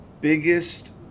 biggest